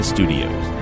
Studios